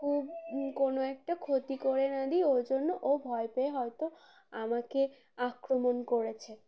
খুব কোনো একটা ক্ষতি করে না দিই ও জন্য ও ভয় পেয়ে হয়তো আমাকে আক্রমণ করেছে